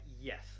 Yes